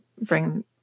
bring